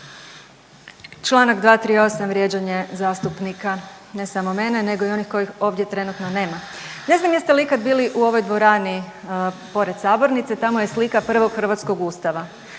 Članak 238., vrijeđanje zastupnika, ne samo mene nego i onih kojih ovdje trenutno nema. Ne znam jeste li ikad bili u ovoj dvorani pored sabornice, tamo je slika prvog hrvatskog Ustava